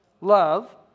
love